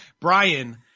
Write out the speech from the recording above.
Brian